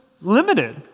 limited